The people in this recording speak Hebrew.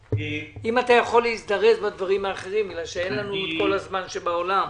אם אתה יכול להזדרז בדברים האחרים כי אין לנו את כל הזמן שבעולם.